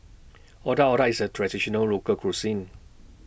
Otak Otak IS A Traditional Local Cuisine